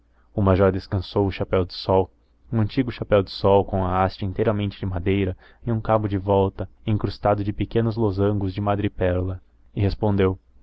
o major descansou o chapéu de sol um antigo chapéu de sol com a haste inteiramente de madeira e um cabo de volta incrustado de pequenos losangos de madrepérola e respondeu